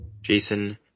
Jason